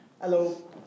Hello